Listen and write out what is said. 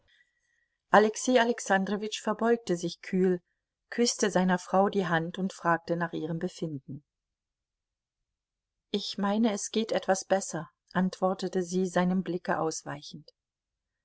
alexei alexandrowitsch verbeugte sich kühl küßte seiner frau die hand und fragte nach ihrem befinden ich meine es geht etwas besser antwortete sie seinem blicke ausweichend